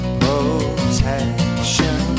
protection